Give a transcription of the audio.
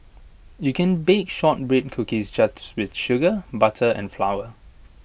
you can bake Shortbread Cookies just with sugar butter and flour